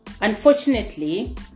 unfortunately